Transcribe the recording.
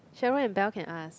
Cheryl and Belle can ask